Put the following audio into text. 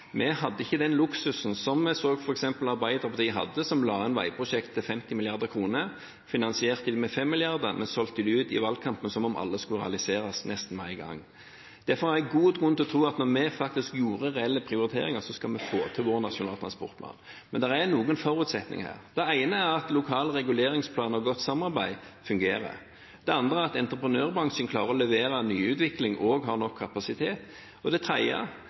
Vi hadde ikke den luksusen som vi så at f.eks. Arbeiderpartiet hadde, som la inn veiprosjekter til 50 mrd. kr, finansierte dem med 5 mrd. kr, og solgte dem i valgkampen som om alle skulle realiseres nesten med en gang. Derfor har jeg god grunn til å tro at når vi faktisk gjorde reelle prioriteringer, skal vi få til vår nasjonale transportplan. Men det er noen forutsetninger her. Det er for det første at lokal reguleringsplan og godt samarbeid fungerer, for det andre at entreprenørbransjen klarer å levere nyutvikling og har nok kapasitet, og for det tredje